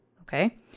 Okay